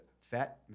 fat